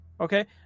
okay